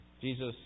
Jesus